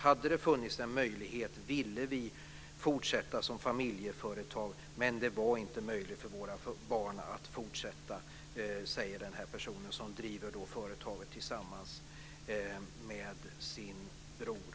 Hade det funnits en möjlighet hade vi velat fortsätta som familjeföretag, men det var inte möjligt för våra barn att fortsätta. Detta säger den person som driver företaget tillsammans med sin bror.